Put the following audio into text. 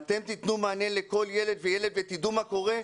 ואתם תתנו מענה לכל ילד וילד ותדעו מה קורה?